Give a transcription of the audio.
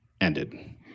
ended